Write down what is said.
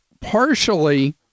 partially